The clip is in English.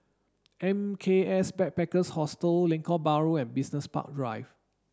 N K S Backpackers Hostel Lengkok Bahru and Business Park Drive